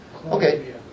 Okay